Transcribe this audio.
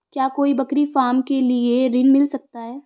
क्या कोई बकरी फार्म के लिए ऋण मिल सकता है?